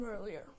earlier